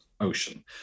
ocean